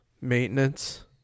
maintenance